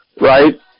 right